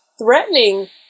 threatening